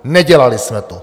Nedělali jsme to!